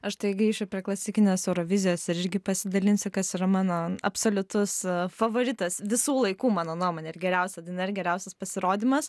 aš tai grįšiu prie klasikinės eurovizijos ir irgi pasidalinsiu kas yra mano absoliutus favoritas visų laikų mano nuomone ir geriausia daina ir geriausias pasirodymas